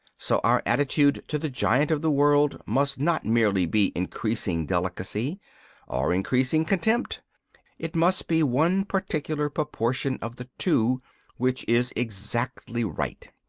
so our attitude to the giant of the world must not merely be increasing delicacy or increasing contempt it must be one particular proportion of the two which is exactly right.